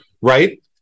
right